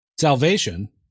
salvation